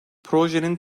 projenin